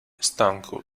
stanco